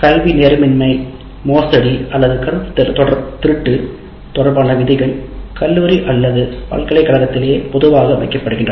கல்வி நேர்மையின்மை மோசடி அல்லது கருத்துத் திருட்டு தொடர்பான விதிகள் கல்லூரி அல்லது பல்கலைக்கழகத்திலேயே பொதுவாக வைக்கப்படுகின்றன